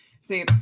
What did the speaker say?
See